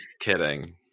kidding